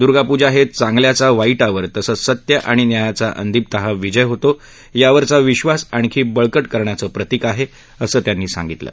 दूर्गापूजा हे चांगल्याचा वाईटावर तसंच सत्य आणि न्यायाचा अंतिमतः विजय होतो यावरचा विधास आणखी बळकट करण्याच प्रतीक आहे असं त्यांनी सांगितलं